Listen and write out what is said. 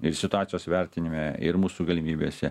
ir situacijos vertinime ir mūsų galimybėse